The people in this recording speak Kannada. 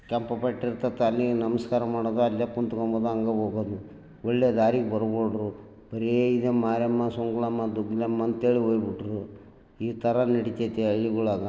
ಕೆಂಪುಪಟ್ಟಿರ್ತತೋ ಅಲ್ಲಿಗೆ ನಮಸ್ಕಾರ ಮಾಡೋದು ಅಲ್ಲೇ ಕುಂತ್ಕೊಂಬೋದು ಹಂಗೆ ಹೋಗೋದು ಒಳ್ಳೆ ದಾರಿಗೆ ಬರ್ಬೋದು ಬರೀ ಇದೇ ಮಾರಮ್ಮ ಸುಂಕನಮ್ಮ ದುಗ್ಗನಮ್ಮ ಅಂತೇಳಿ ಊರು ಬಿಟ್ಟರು ಈಥರ ನಡಿತೈತೆ ಹಳ್ಳಿಗಳೆಲ್ಲ